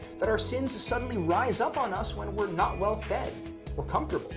that our sins suddenly rise up on us when we're not well fed or comfortable.